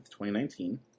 2019